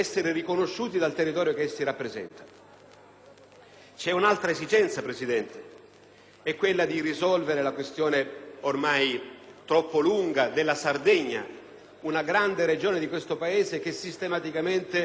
è un'altra esigenza, ossia quella di risolvere la questione ormai troppo lunga della Sardegna, una grande Regione di questo Paese che sistematicamente non ha eletti nel Parlamento europeo.